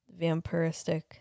vampiristic